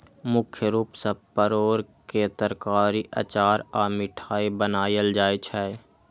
मुख्य रूप सं परोर के तरकारी, अचार आ मिठाइ बनायल जाइ छै